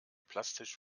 plastisch